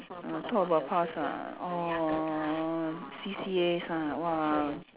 ah talk about past ah um C_C_As ah !wah!